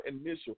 initial